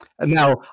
Now